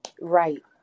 Right